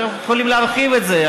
אתם יכולים להרחיב את זה,